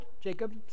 Jacob